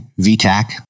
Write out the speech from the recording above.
VTAC